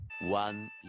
One